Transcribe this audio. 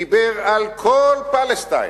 דיבר על כל פלסטין,